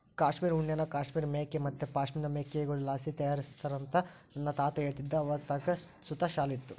ಕಾಶ್ಮೀರ್ ಉಣ್ಣೆನ ಕಾಶ್ಮೀರ್ ಮೇಕೆ ಮತ್ತೆ ಪಶ್ಮಿನಾ ಮೇಕೆಗುಳ್ಳಾಸಿ ತಯಾರಿಸ್ತಾರಂತ ನನ್ನ ತಾತ ಹೇಳ್ತಿದ್ದ ಅವರತಾಕ ಸುತ ಶಾಲು ಇತ್ತು